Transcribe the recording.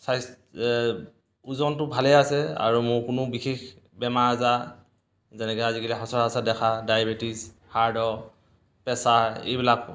স্বাস্থ্য ওজনটো ভালেই আছে আৰু মোৰ কোনো বিশেষ বেমাৰ আজাৰ যেনেকৈ আজিকালি সচৰাচৰ দেখা ডায়েবেটিছ হাৰ্টৰ প্ৰেছাৰ এইবিলাক